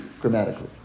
grammatically